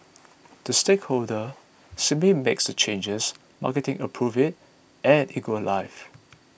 the stakeholder simply makes the changes marketing approves it and it goes live